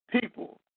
people